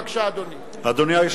בבקשה, אדוני.